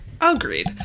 Agreed